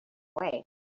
way